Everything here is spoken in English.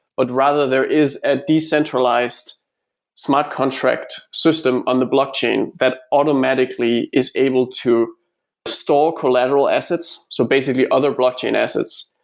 but rather there is a decentralized smart contract system on the blockchain that automatically is able to store collateral assets, so basically other blockchain assets.